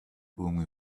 only